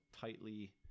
tightly